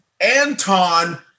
Anton